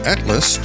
Atlas